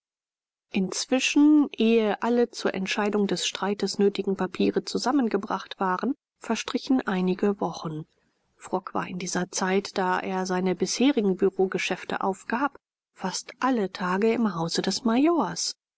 inzwischen ehe alle zur entscheidung des streites nötigen papiere zusammengebracht waren verstrichen einige wochen frock war in dieser zeit da er seine bisherigen bureaugeschäfte aufgab fast alle tage im hause des majors